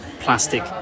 plastic